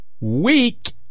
week